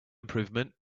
improvement